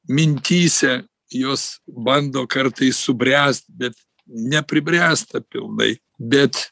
mintyse jos bando kartais subręst bet nepribręsta pilnai bet